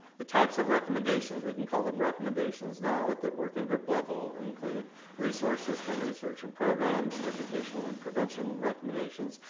the types of recommendations we can call them recommendations now at the working group level include resources for research and programs, educational and prevention recommendations,